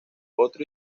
otro